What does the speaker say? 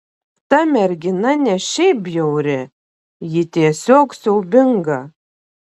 ta mergina ne šiaip bjauri ji tiesiog siaubinga